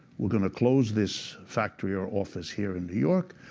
we're going to close this factory or office here in new york,